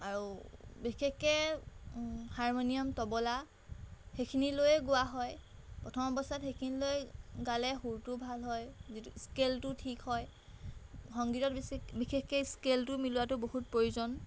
আৰু বিশেষকৈ হাৰমণিয়াম তবলা সেইখিনি লৈয়ে গোৱা হয় প্ৰথম অৱস্থাত সেইখিনি লৈ গালে সুৰটো ভাল হয় যিটো স্কেলটো ঠিক হয় সংগীতত বিছে বিশেষকৈ স্কেলটো মিলোৱাটো বহুত প্ৰয়োজন